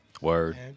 word